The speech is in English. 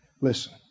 Listen